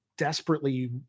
Desperately